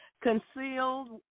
concealed